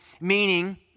Meaning